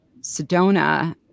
Sedona